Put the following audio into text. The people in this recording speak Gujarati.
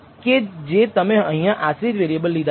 કે જે તમે અહીંયા આશ્રિત વેરિએબલ લીધા છે